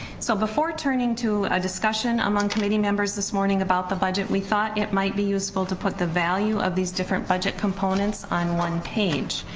so before turning to a discussion among committee members this morning about the budget we thought it might be useful to put the value of these different budget components on one page,